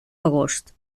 agost